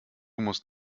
musst